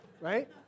right